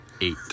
Eight